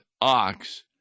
ox